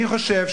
אני חושב,